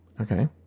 Okay